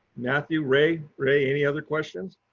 matthew, ray, ray. any other questions?